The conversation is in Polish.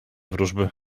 wróżby